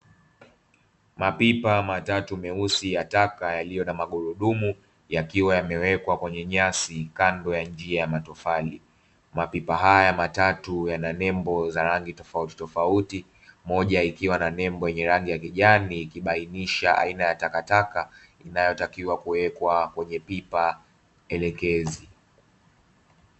Mapipa matatu meusi ya taka yaliyo na magurudumu, yakiwa yamewekwa kwenye nyasi kando ya njia ya matofali. Mapipa haya matatu yana nembo tofautitofauti; moja ikiwa na nembo yenye rangi ya kijani, ikibainisha aina ya takataka inayotakiwa kuwekwa kwenye pipa elekezi.